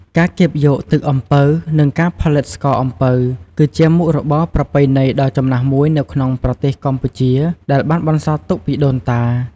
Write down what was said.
ការកៀបយកទឹកអំពៅ និងការផលិតស្ករអំពៅ គឺជាមុខរបរប្រពៃណីដ៏ចំណាស់មួយនៅក្នុងប្រទេសកម្ពុជា ដែលបានបន្សល់ទុកពីដូនតា។